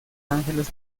ángeles